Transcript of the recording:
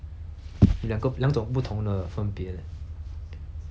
两个两种不同的分别 leh